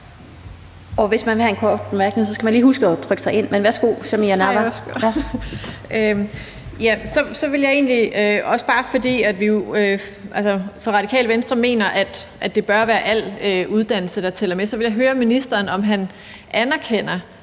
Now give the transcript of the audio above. Og hvis man vil have en kort bemærkning, skal man lige huske at trykke sig ind. Men værsgo til Samira Nawa. Kl. 15:02 Samira Nawa (RV): Så vil jeg egentlig også bare, fordi vi i Radikale Venstre mener, at det bør være alle uddannelser, der tæller med, høre ministeren, om han anerkender,